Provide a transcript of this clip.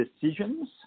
decisions